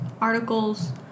articles